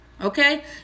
okay